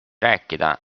rääkida